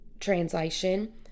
translation